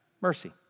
mercy